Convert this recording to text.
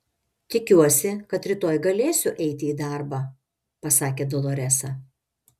tikiuosi kad rytoj galėsiu eiti į darbą pasakė doloresa